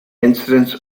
incidence